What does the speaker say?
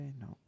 nope